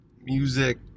music –